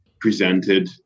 presented